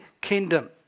kingdom